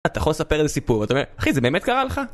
אתה יכול לספר לי סיפור, אתה אומר, אחי זה באמת קרה לך?